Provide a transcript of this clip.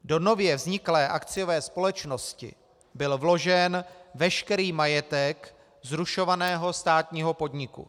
Do nově vzniklé akciové společnosti byl vložen veškerý majetek zrušovaného státního podniku.